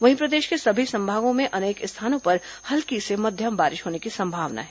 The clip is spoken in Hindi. वहीं प्रदेश के सभी संभागों में अनेक स्थानों पर हल्की से मध्यम बारिश होने की संभावना है